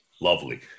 lovely